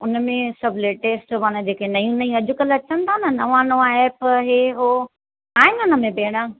हुन में सभु लेटेस्ट माना जेके नई नई अॼुकल्ह अचनि था न नवां नवां एप इहे उहो आहिनि हुन में भेण